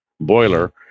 boiler